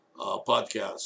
podcast